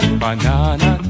banana